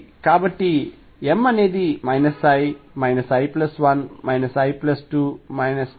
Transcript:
కాబట్టి m అనేది l l 1 l 2 0 1